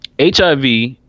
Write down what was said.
HIV